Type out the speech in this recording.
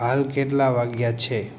હાલ કેટલા વાગ્યા છે